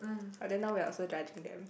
but then now we are also judging them